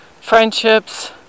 friendships